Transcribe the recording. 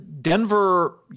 Denver